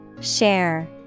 Share